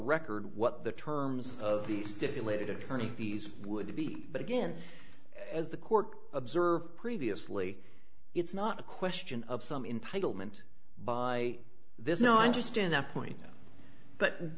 record what the terms of the stipulated attorney fees would be but again as the court observed previously it's not a question of some in title meant by this no i understand the point but